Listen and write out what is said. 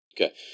Okay